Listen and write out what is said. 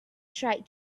tried